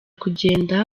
kugenda